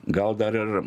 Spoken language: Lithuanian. gal dar ir